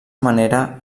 manera